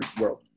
world